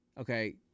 Okay